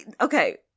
okay